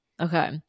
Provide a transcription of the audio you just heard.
okay